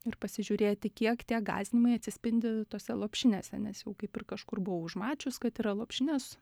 ir pasižiūrėti kiek tie gąsdinimai atsispindi tose lopšinėse nes jau kaip ir kažkur buvau užmačius kad yra lopšinės